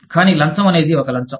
కానీ లంచం అనేది ఒక లంచం